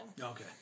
Okay